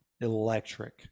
Electric